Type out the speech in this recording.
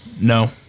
No